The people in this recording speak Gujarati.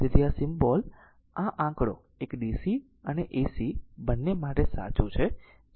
તેથી આ સિમ્બોલ આ આંકડો એક DC અને AC બંને માટે સાચું છે જે મેં કહ્યું છે